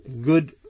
good